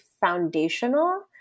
foundational